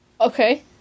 Okay